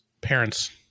parents